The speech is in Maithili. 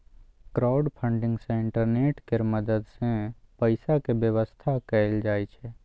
क्राउडफंडिंग सँ इंटरनेट केर मदद सँ पैसाक बेबस्था कएल जाइ छै